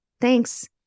Thanks